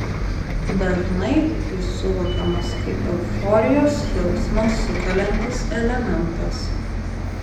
dažnai jis suvokiamas kaip euforijos jausmą sukeliantis elementas